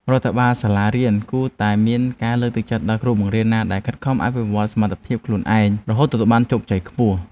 រដ្ឋបាលសាលារៀនត្រូវតែមានការលើកទឹកចិត្តដល់គ្រូបង្រៀនណាដែលខិតខំអភិវឌ្ឍសមត្ថភាពខ្លួនឯងរហូតទទួលបានជោគជ័យខ្ពស់។